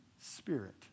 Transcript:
Spirit